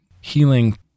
Healing